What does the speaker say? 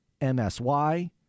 MSY